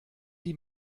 die